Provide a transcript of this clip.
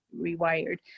rewired